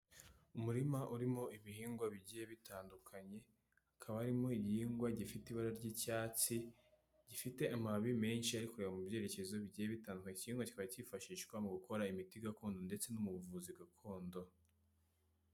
Umurima urimo ibihingwa bigiye bitandukanye, hakaba harimo igihingwa gifite ibara ry'icyatsi, gifite amababi menshi ari kureba mu byerekezo bigiye bitandukanye, iki gihingwa kikaba kifashishwa mu gukora imiti gakondo ndetse no mu buvuzi gakondo.